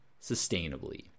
sustainably